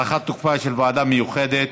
הארכת תקופת הכהונה של הוועדה המיוחדת.